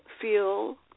feel